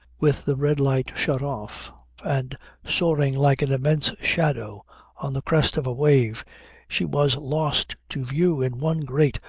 with the red light shut off and soaring like an immense shadow on the crest of a wave she was lost to view in one great,